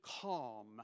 calm